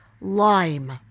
lime